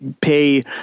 pay